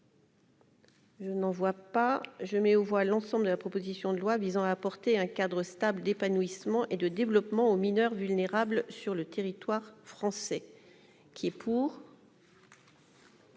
Je n'en vois pas je mets aux voix l'ensemble de la proposition de loi visant à apporter un cadre stable d'épanouissement et de développement aux mineurs vulnérables sur le territoire français, qui est pour.